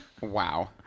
Wow